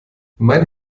mein